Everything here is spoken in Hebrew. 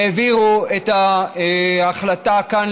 העבירו את ההחלטה לכאן,